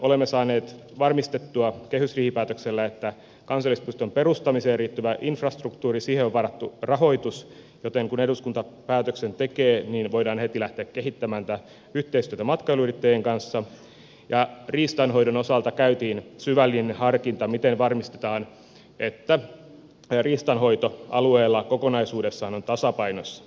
olemme saaneet varmistettua kehysriihipäätöksellä että kansallispuiston perustamiseen liittyvään infrastruktuuriin on varattu rahoitus joten kun eduskunta päätöksen tekee voidaan heti lähteä kehittämään yhteistyötä matkailuyrittäjien kanssa ja riistanhoidon osalta käytiin syvällinen harkinta miten varmistetaan että riistanhoito alueella kokonaisuudessaan on tasapainossa